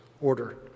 order